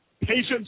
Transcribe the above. Patients